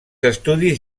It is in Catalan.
estudis